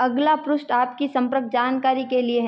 अगला पृष्ठ आपकी संपर्क जानकारी के लिए है